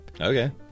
Okay